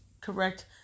correct